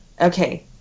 Okay